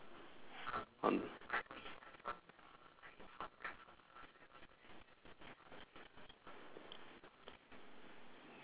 on